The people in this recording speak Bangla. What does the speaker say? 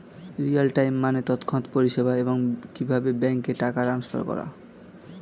রিয়েল টাইম মানে তৎক্ষণাৎ পরিষেবা, এবং কিভাবে ব্যাংকে টাকা ট্রান্সফার করা